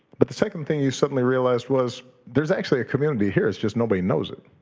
but the second thing you suddenly realized was there's actually a community here. it's just nobody knows it.